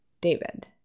david